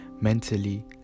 mentally